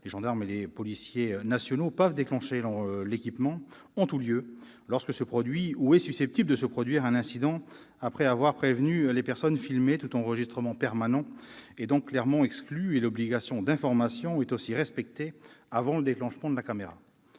les gendarmes et les policiers nationaux peuvent déclencher l'équipement « en tous lieux »,« lorsque se produit ou est susceptible de se produire un incident », après avoir prévenu les personnes filmées. Tout enregistrement permanent est donc clairement exclu. L'obligation d'information est aussi respectée avant le déclenchement de la caméra.